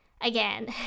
again